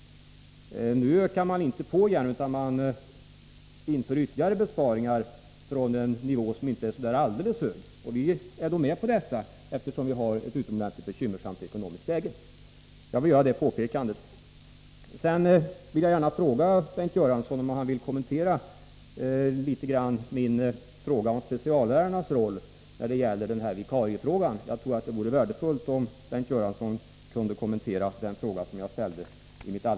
Nu ökar socialdemokraterna inte på resurserna igen, utan man vill göra ytterligare besparingar med utgångspunkt i en nivå som inte är så särdeles hög. Vi är med på det, eftersom vårt land har ett utomordentligt bekymmersamt ekonomiskt läge. — Jag vill göra det påpekandet. Sedan vill jag gärna fråga Bengt Göransson om han vill kommentera den fråga jag ställde i mitt allra första inlägg om speciallärarnas roll när det gäller vikariefrågan. Jag tror det vore värdefullt om han ville göra det.